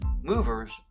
movers